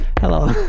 Hello